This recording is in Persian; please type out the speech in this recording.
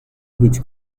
هیچ